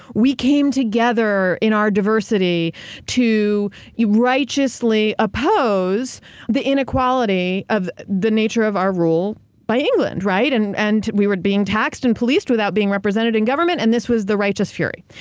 we came together in our diversity to righteously oppose the inequality of the nature of our rule by england. right? and and we were being taxed and policed without being represented in government, and this was the righteous fury.